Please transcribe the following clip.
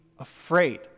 afraid